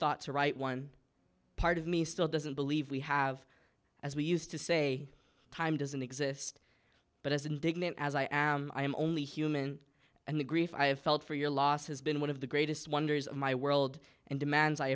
thought to write one part of me still doesn't believe we have as we used to say time doesn't exist but as indignant as i am i am only human and the grief i have felt for your loss has been one of the greatest wonders of my world and demands i